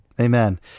Amen